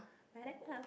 like that ah